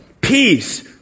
peace